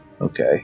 Okay